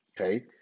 okay